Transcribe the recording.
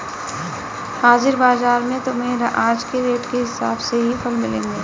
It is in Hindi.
हाजिर बाजार में तुम्हें आज के रेट के हिसाब से ही फल मिलेंगे